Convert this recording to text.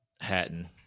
Hatton